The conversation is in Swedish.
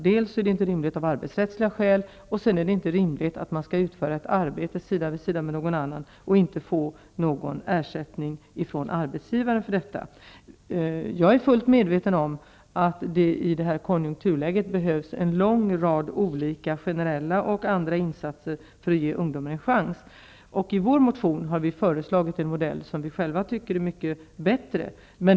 Dels är det inte rimligt av arbetsrättsliga skäl, dels är det inte rimligt att man skall utföra ett arbete sida vid sida med någon annan och inte få någon ersättning från arbetsgivaren för detta. Jag är fullt medveten om att det i det här konjunkturläget behövs en lång rad generella och andra insatser för att ge ungdomen en chans, och i vår motion har vi föreslagit en modell som vi själva tycker är mycket bättre.